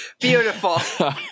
Beautiful